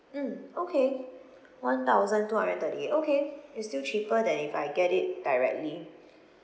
mm okay one thousand two hundred and thirty eight okay it's still cheaper than if I get it directly